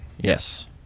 Yes